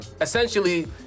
essentially